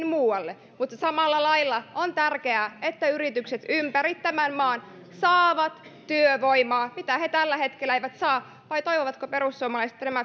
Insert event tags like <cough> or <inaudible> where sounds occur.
<unintelligible> muualle mutta samalla lailla on tärkeää että yritykset ympäri tämän maan saavat työvoimaa tällä hetkellä he eivät saa vai toivovatko perussuomalaiset että